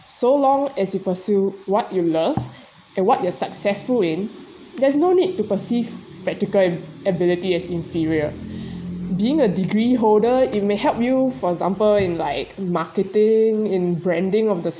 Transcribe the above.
so long as you pursue what you love and what you're successful in there's no need to perceive practical ability as inferior being a degree holder it may help you for example in like marketing in branding of the